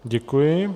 Děkuji.